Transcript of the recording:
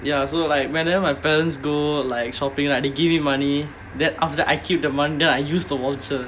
ya so like whenever my parents go like shopping like they give me money then after that I keep the money then I use the voucher